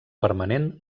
permanent